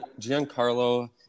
Giancarlo